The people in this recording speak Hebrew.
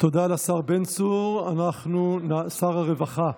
תודה לשר בן צור, שר הרווחה.